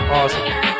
awesome